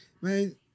Man